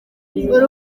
uruhu